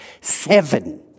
Seven